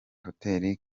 hotel